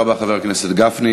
מילת הקסם.